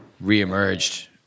re-emerged